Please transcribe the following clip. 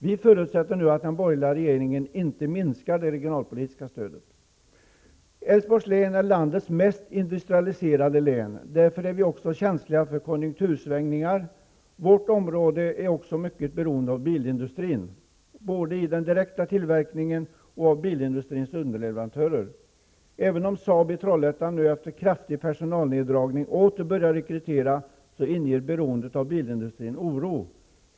Vi förutsätter nu att den borgerliga regeringen inte minskar det regionalpolitiska stödet. Älvsborgs län är landets mest industrialiserade län. Därför är vi också känsliga för konjunktursvängningar. Vårt område är också mycket beroende av bilindustrin, både i den direkta tillverkningen och av bilindustrins underleverantörer. Även om Saab i Trollhättan nu efter en kraftig personalneddragning åter börjat rekrytera, inger beroendet av bilindustrin oro.